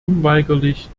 unweigerlich